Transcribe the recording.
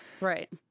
Right